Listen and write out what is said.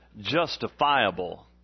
justifiable